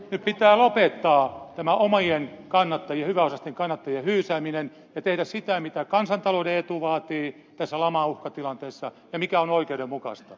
nyt pitää lopettaa tämä omien kannattajien hyväosaisten kannattajien hyysääminen ja tehdä sitä mitä kansantalouden etu vaatii tässä lamauhkatilanteessa ja mikä on oikeudenmukaista